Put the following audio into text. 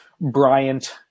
Bryant